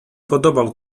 podobał